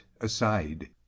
aside